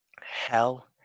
Hell